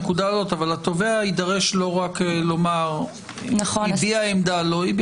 התובע יידרש לא רק לומר אם הביע עמדה או לא,